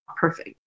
perfect